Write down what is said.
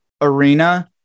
arena